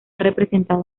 representado